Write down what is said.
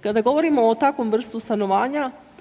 Kada govorimo o takvom vrstu stanovanja,